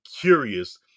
curious